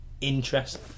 interest